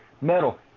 metal